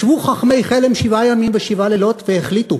ישבו חכמי חלם שבעה ימים ושבעה לילות והחליטו: